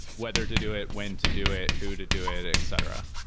whether to do it? when to do it? who to do it? et cetera.